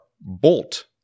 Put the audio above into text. Bolt